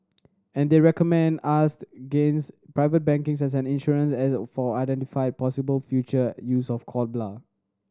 and they recommend private banking as an insurance as or for unidentified possible future use of cord blood